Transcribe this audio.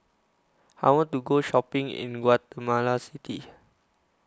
I want to Go Shopping in Guatemala City